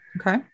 Okay